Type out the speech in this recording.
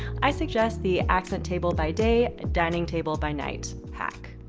i suggest the accent table by day, dining table by night hack.